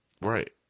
Right